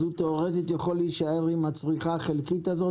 אז תיאורטית הוא יכול להישאר עם הצריכה החלקית הזו